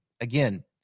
Again